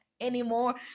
anymore